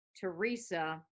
Teresa